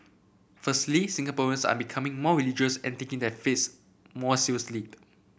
firstly Singaporeans are becoming more religious and taking their faiths more seriously